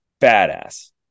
badass